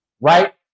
right